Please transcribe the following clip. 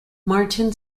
martin